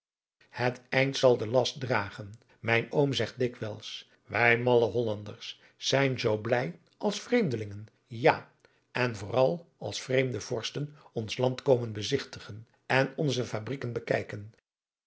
het eind zal de last dragen mijn oom zegt dikwijls wij malle hollanders zijn zoo blij als vreemdelingen ja en vooral als vreemde vorsten ons land komen bezigtigen en onze fabrieken bekijken